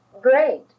great